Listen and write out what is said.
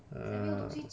err